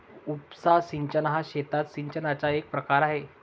उपसा सिंचन हा शेतात सिंचनाचा एक प्रकार आहे